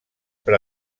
per